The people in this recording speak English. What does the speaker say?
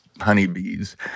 honeybees